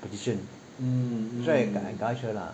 addition 所以 I quite sure lah